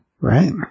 Right